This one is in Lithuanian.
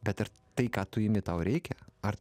bet ir tai ką tu imi tau reikia ar